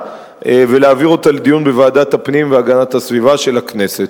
ולהעביר אותה לדיון בוועדת הפנים והגנת הסביבה של הכנסת.